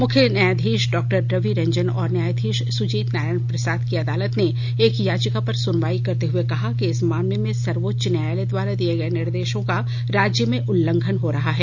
मुख्य न्यायधीश डॉ रवि रंजन और न्यायधीश सुजीत नारायण प्रसाद की अदालत ने एक याचिका पर सुनवाई करते हुए कहा कि इस मामले में सर्वोच्च न्यायालय द्वारा दिए गए निर्देशों का राज्य में उल्लंघन हो रहा है